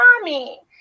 mommy